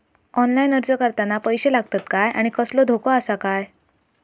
Online अर्ज करताना पैशे लागतत काय आनी कसलो धोको आसा काय?